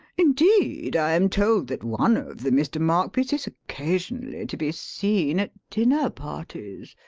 indeed i am told that one of the mr. markby's is occasionally to be seen at dinner parties.